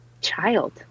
child